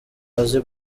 azi